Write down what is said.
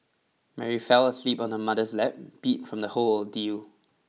Mary fell asleep on her mother's lap beat from the whole ordeal